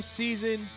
season